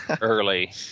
early